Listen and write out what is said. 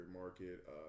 market